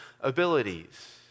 abilities